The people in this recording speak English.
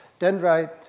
dendrite